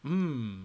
mm